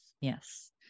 Yes